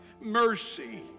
mercy